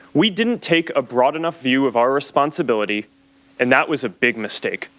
we didn't take a broad enough view of our responsibility and that was a big mistake.